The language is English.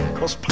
Cause